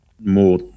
more